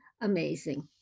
amazing